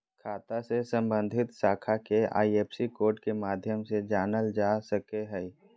खाता से सम्बन्धित शाखा के आई.एफ.एस.सी कोड के माध्यम से जानल जा सक हइ